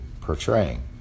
portraying